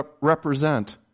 represent